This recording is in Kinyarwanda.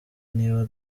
niba